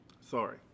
Sorry